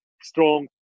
Strong